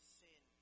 sin